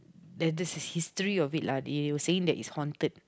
that there's a history of it lah they were saying that it's haunted